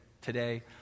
today